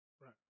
Right